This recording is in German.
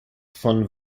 von